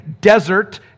desert